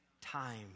time